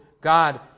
God